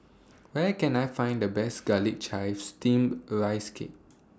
Where Can I Find The Best Garlic Chives Steamed A Rice Cake